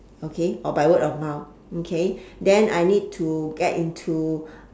okay or by word of mouth okay then I need to get into